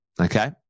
okay